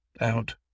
out